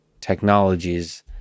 technologies